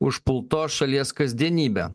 užpultos šalies kasdienybe